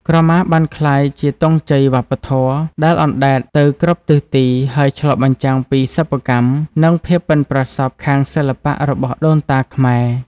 ក្រមាបានក្លាយជា ទង់ជ័យវប្បធម៌ ដែលអណ្តែតទៅគ្រប់ទិសទី ហើយឆ្លុះបញ្ចាំងពីសិប្បកម្ម និងភាពប៉ិនប្រសប់ខាងសិល្បៈរបស់ដូនតាខ្មែរ។